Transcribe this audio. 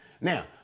Now